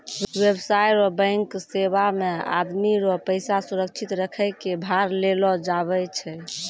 व्यवसाय रो बैंक सेवा मे आदमी रो पैसा सुरक्षित रखै कै भार लेलो जावै छै